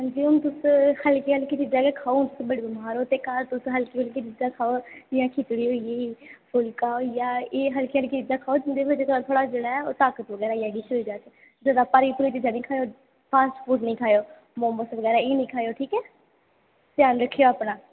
अंजी तुस शैल शैल चीजां खाओ जियां तुस बड़े बमार ओ तुस स्वस्थ चीज़ां खाओ जियां खिचड़ी होई जियां फुलका होई गेआ एह् खाओ एह् हल्कियां हल्कियां चीजां खाओ जेह्दे कन्नै एह् शरीर थोह्ड़ा ताकतवर होई जा जादै ताकतवर चीजां मोमोज़ बगैरा एह् निं खाओ ठीक ऐ ध्यान रक्खेओ अपना